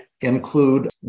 include